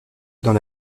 dans